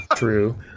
True